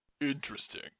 Interesting